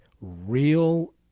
real